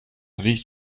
riecht